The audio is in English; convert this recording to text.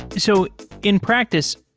so in practice,